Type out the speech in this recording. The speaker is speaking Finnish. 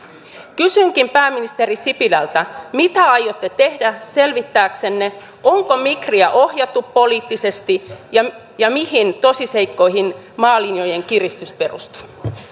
kysynkin pääministeri sipilältä mitä aiotte tehdä selvittääksenne onko migriä ohjattu poliittisesti ja ja mihin tosiseikkoihin maalinjojen kiristys perustuu nyt